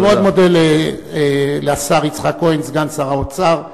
אני מאוד מודה לשר יצחק כהן, סגן שר האוצר.